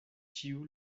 ĉiu